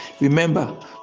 remember